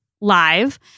live